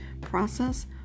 process